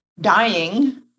dying